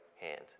hand